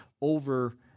over